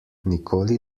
nikoli